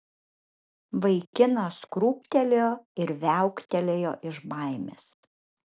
vaikinas krūptelėjo ir viauktelėjo iš baimės